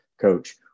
coach